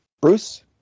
Bruce